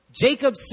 Jacob